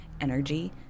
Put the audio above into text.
energy